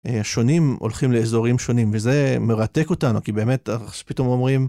שונים הולכים לאזורים שונים, וזה מרתק אותנו, כי באמת, פתאום אומרים...